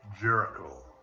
Jericho